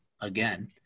again